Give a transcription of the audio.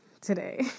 today